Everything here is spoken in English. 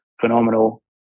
phenomenal